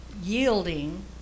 yielding